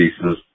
pieces